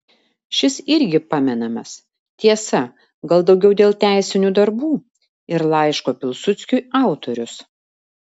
šis irgi pamenamas tiesa gal daugiau dėl teisinių darbų ir laiško pilsudskiui autorius